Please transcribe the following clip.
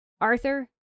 Arthur